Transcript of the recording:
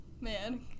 Man